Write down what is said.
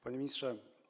Panie Ministrze!